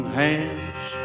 hands